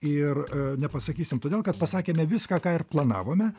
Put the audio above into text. ir nepasakysim todėl kad pasakėme viską ką ir planavome